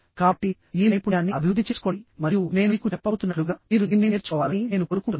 కాబట్టి ఈ నైపుణ్యాన్ని అభివృద్ధి చేసుకోండి మరియు నేను మీకు చెప్పబోతున్నట్లుగా మీరు దీన్ని నేర్చుకోవాలని నేను కోరుకుంటున్నాను